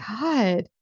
god